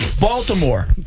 Baltimore